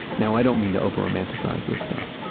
now, i don't mean to over-romanticize this stuff.